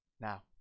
Now